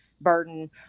burden